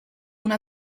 una